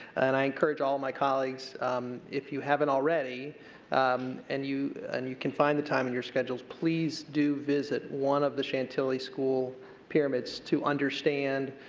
and i encourage all of my colleagues if you haven't already and you and you can find the time in your schedules, please do visit one of the chantilly school pyramids to understand